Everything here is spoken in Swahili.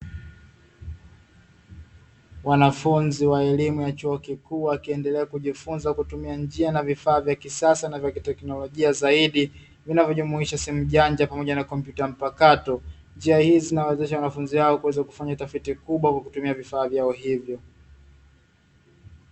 Wanafunzi wa elimu ya chuo kikuu wakiendelea kujifunza kwa kutumia njia na vifaa vya kisasa na vya kiteknolojia zaidi, vinavyojumuisha simu janja pamoja na kompyuta mpakato. Njia hizi zinawawezesha wanafunzi hao kuweza kufanya tafiti kubwa kwa kutumia vifaa vyao hivi.